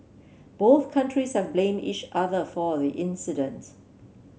both countries have blamed each other for the incident